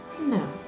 No